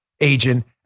agent